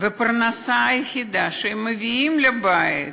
והפרנסה היחידה שהם מביאים לבית,